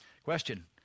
Question